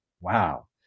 Wow